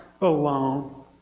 alone